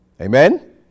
Amen